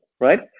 right